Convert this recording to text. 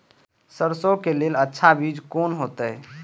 सरसों के लेल अच्छा बीज कोन होते?